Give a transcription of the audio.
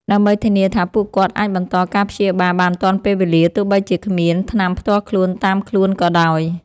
ដើម្បីធានាថាពួកគាត់អាចបន្តការព្យាបាលបានទាន់ពេលវេលា ទោះបីជាគ្មានថ្នាំផ្ទាល់ខ្លួនតាមខ្លួនក៏ដោយ។